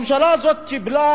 הממשלה הזאת קיבלה